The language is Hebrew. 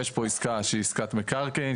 יש פה עסקה שהיא עסקת מקרקעין,